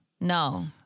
No